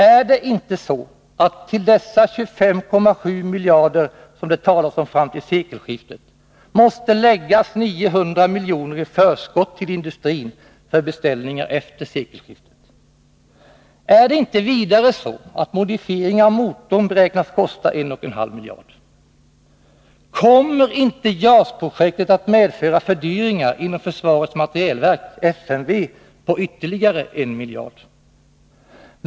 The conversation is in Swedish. Är det inte så, att vi till dessa 25,7 miljarder som det talas om fram till sekelskiftet måste lägga 900 miljoner i förskott till industrin för beställningar efter sekelskiftet? Är det inte vidare så, att modifieringar av motorn beräknas kosta 1,5 miljarder? Kommer inte JAS-projektet att medföra fördyringar inom försvarets materielverk — FMV -— på ytterligare 1 miljard?